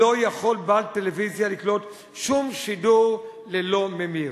לא יכול בעל טלוויזיה לקלוט שום שידור ללא ממיר: